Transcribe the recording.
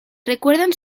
recuerdan